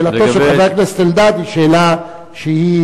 שאלתו של חבר הכנסת אלדד היא שאלה שהיא